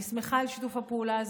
אני שמחה על שיתוף הפעולה הזה,